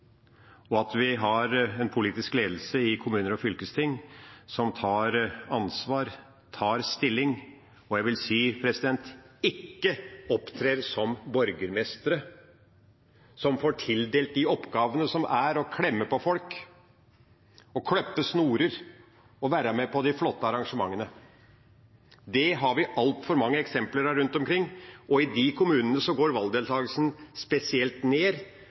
og at vi har en politisk ledelse i kommuner og fylkesting som tar ansvar, tar stilling, og – vil jeg si – ikke opptrer som borgermestre, som får tildelt de oppgavene som er å klemme folk, klippe snorer og være med på de flotte arrangementene. Det har vi altfor mange eksempler på rundt omkring. I de kommunene går valgdeltakelsen spesielt ned,